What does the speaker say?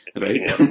right